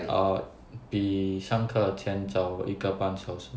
uh 比上课前早一个半小时